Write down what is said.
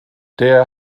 der